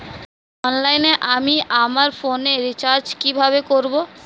অনলাইনে আমি আমার ফোনে রিচার্জ কিভাবে করব?